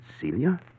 Celia